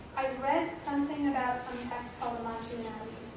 i read something about some